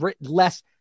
less